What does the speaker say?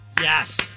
Yes